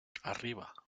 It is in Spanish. arriba